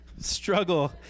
struggle